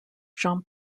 jean